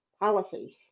policies